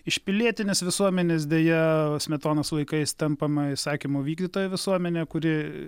iš pilietinės visuomenės deja smetonos laikais tampama įsakymų vykdytoja visuomenė kuri